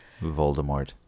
Voldemort